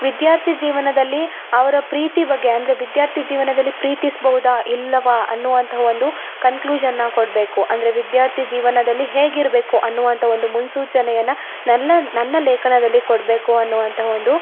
ವಿದ್ಯಾರ್ಥಿ ಜೀವನದಲ್ಲಿ ಅವರ ಪ್ರೀತಿ ಬಗ್ಗೆ ಅಂದರೆ ವಿದ್ಯಾರ್ಥಿ ಜೀವನದಲ್ಲಿ ಪ್ರೀತಿಸ್ಬೌದ ಇಲ್ಲವಾ ಅನ್ನುವಂಥ ಒಂದು ಕಂಕ್ಲ್ಯೂಷನ್ನ ಕೊಡಬೇಕು ಅಂದರೆ ವಿದ್ಯಾರ್ಥಿ ಜೀವನದಲ್ಲಿ ಹೇಗಿರಬೇಕು ಅನ್ನುವಂಥ ಒಂದು ಮುನ್ಸೂಚನೆಯನ್ನು ನನ್ನ ನನ್ನ ಲೇಖನದಲ್ಲಿ ಕೊಡಬೇಕು ಅನ್ನುವಂಥ ಒಂದು